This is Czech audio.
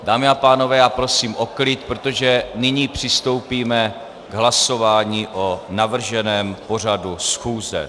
Dámy a pánové, já prosím o klid, protože nyní přistoupíme k hlasování o navrženém pořadu schůze.